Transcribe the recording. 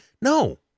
No